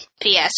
PS